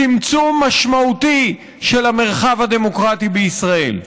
צמצום משמעותי של המרחב הדמוקרטי בישראל.